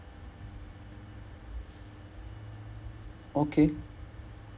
okay